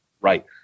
Right